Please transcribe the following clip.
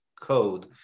code